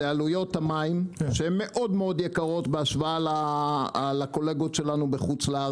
עלויות המים שמאוד יקרות בהשוואה לקולגות שלנו בחו"ל.